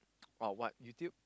or what YouTube